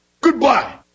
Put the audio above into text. Goodbye